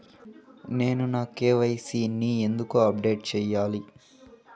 నేను నా కె.వై.సి ని ఎందుకు అప్డేట్ చెయ్యాలి?